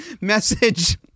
Message